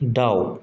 दाउ